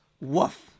Woof